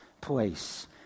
place